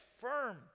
firm